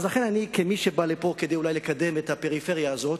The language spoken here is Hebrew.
אז לכן, כמי שבא לפה כדי לקדם את הפריפריה הזאת,